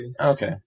okay